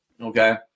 Okay